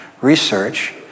Research